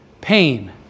pain